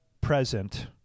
Present